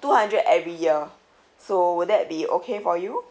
two hundred every year so will that be okay for you